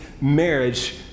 marriage